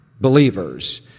believers